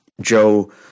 Joe